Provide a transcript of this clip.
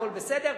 הכול בסדר,